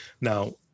Now